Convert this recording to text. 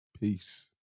Peace